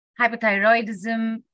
hypothyroidism